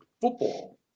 football